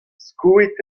skoet